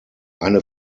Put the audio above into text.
eine